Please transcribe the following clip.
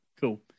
Cool